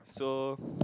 so